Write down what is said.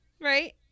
right